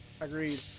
Agreed